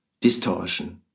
distortion